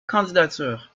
candidature